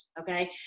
okay